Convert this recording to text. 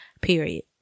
period